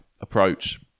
approach